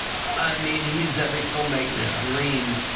i mean, he's every filmmaker yeah dream,